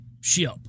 ship